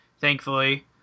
thankfully